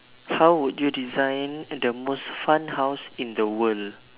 how would you design the most fun house in the world